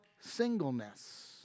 singleness